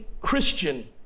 Christian